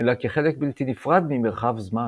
אלא כחלק בלתי נפרד ממרחב-זמן.